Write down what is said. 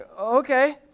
Okay